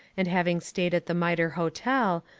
and having stayed at the mitre hotel,